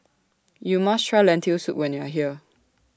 YOU must Try Lentil Soup when YOU Are here